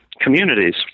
communities